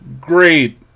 Great